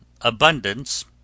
abundance